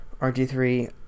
RG3